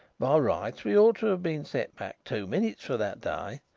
by rights we ought to have been set back two minutes for that day,